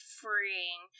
freeing